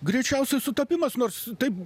greičiausiai sutapimas nors taip